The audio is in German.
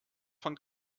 von